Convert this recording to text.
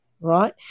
right